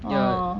ah